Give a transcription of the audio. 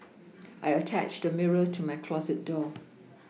I attached a mirror to my closet door